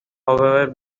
however